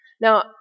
Now